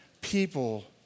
people